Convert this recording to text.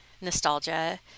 nostalgia